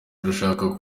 turashaka